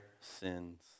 sins